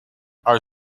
are